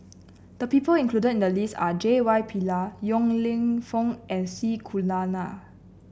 the people included in the list are J Y Pillay Yong Lew Foong and C Kunalan